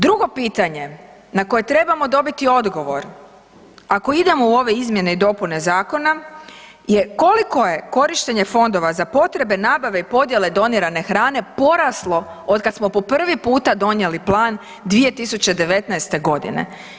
Drugo pitanje na koje trebamo dobiti odgovor ako idemo u ove izmjene i dopune zakona je koliko je korištenje fondova za potrebe nabave i podjele donirane hrane poraslo od kada smo po prvi puta donijeli plan 2019. godine.